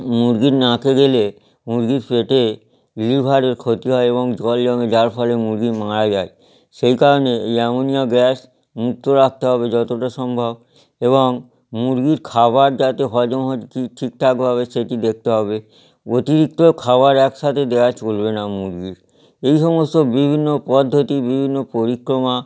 মুরগির নাকে গেলে মুরগির পেটে লিভারের ক্ষতি হয় এবং জল জমে যার ফলে মুরগি মারা যায় সেই কারণে এই অ্যামোনিয়া গ্যাস মুক্ত রাখতে হবে যতটা সম্ভব এবং মুরগির খাবার যাতে হজম হয় কি ঠিকঠাকভাবে সেটি দেখতে হবে অতিরিক্ত খাবার একসাথে দেওয়া চলবে না মুরগির এই সমস্ত বিভিন্ন পদ্ধতি বিভিন্ন পরিক্রমা